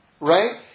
right